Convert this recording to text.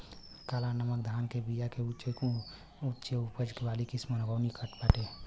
काला नमक धान के बिया के उच्च उपज वाली किस्म कौनो बाटे?